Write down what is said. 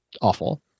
awful